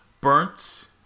Burnt